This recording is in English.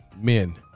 men